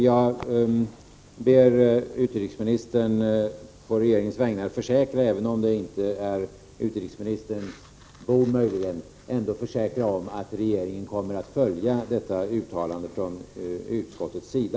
Jag ber utrikesministern på regeringens vägnar, även om det möjligen inte är hans bord, försäkra att regeringen kommer att följa det uttalande som görs från utskottets sida.